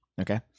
Okay